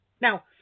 Now